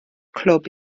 clwb